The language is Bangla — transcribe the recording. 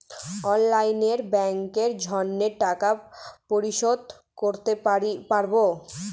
অনলাইনে ব্যাংকের ঋণের টাকা পরিশোধ করতে পারবো?